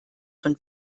von